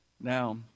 Now